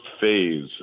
phase